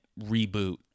reboot